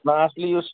نہَ اَصلی یُس